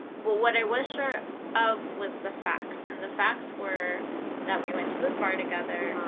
what what i was sure of was the facts. and the facts were that we went to this bar together,